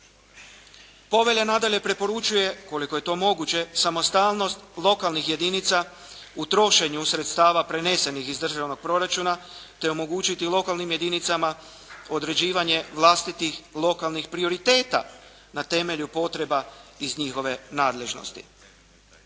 Povelja nadalje preporučuje koliko je to moguće samostalnost lokalnih jedinica u trošenju sredstava prenesenih iz državnog proračuna te omogućiti lokalnim jedinicama određivanje vlastitih lokalnih prioriteta na temelju potreba iz njihove nadležnosti.